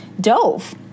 dove